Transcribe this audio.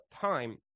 time